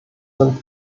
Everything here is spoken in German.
nimmt